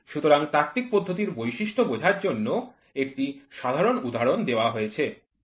সুতরাং তাত্ত্বিক পদ্ধতির বৈশিষ্ট্য বোঝার জন্য একটি সাধারণ উদাহরণ দেওয়া হয়েছে